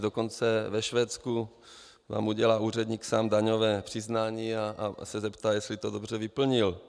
Dokonce ve Švédsku vám udělá úředník sám daňové přiznání a zeptá se, jestli to dobře vyplnil.